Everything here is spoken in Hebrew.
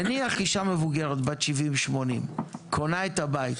נניח אישה מבוגרת, בת 80-70, קונה את הבית.